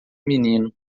menino